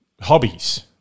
hobbies